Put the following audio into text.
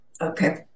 Okay